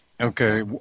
Okay